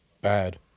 bad